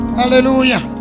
hallelujah